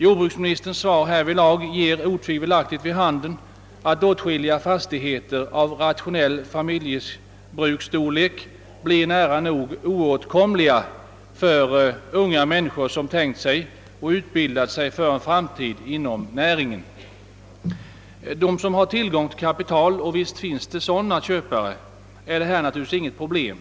Jordbruksministerns svar på den frågan ger vid handen, att åtskilliga fastigheter av rationell familjebruksstorlek blir nära nog oåtkomliga för unga människor som utbildat sig för en framtid inom denna näring. De som har tillgång till kapital — och visst finns det sådana köpare — möter därvidlag inga problem.